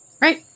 Right